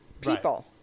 people